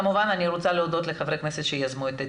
כמובן אני רוצה להודות לחברי הכנסת שיזמו את הדיון.